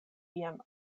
iam